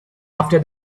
after